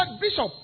Bishop